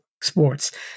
Sports